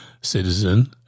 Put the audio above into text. citizen